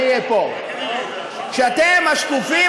שיהיה בהסכמה.